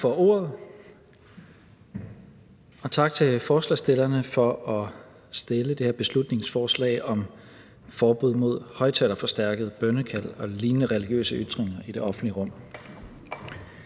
Tak for ordet, og tak til forslagsstillerne for at fremsætte det her beslutningsforslag om forbud mod højtalerforstærkede bønnekald og lignende religiøse ytringer i det offentlige rum.